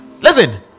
Listen